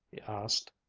he asked.